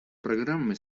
программы